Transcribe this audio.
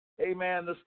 amen